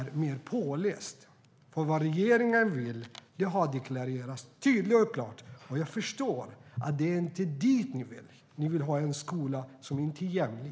Det har deklarerats tydligt och klart vad regeringen vill, och jag förstår att det inte är dit ni vill. Ni vill ha en skola som inte är jämlik.